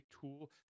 tool